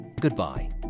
Goodbye